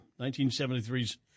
1973's